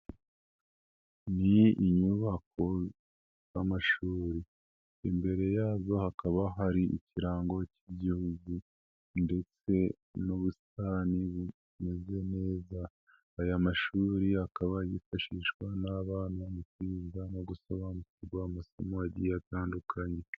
Ni inyubako z'amashuri imbere yazo hakaba hari ikirango cy'igihugu ndetse n'ubusitani bumeze neza. Aya mashuri akaba yifashishwa n'abana mu kwiga no gusobanukirwa amasomo agiye atandukanye.